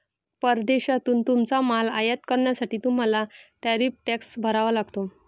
परदेशातून तुमचा माल आयात करण्यासाठी तुम्हाला टॅरिफ टॅक्स भरावा लागतो